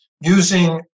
using